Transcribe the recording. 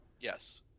Yes